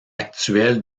actuel